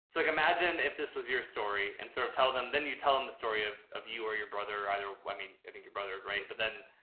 like, imagine if this was your story and sort of tell them, then you tell them the story of of you or your brother either. i mean, i think your brother, right. but then,